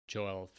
Joel